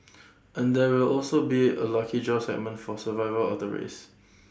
and there will also be A lucky draw segment for survivor of the race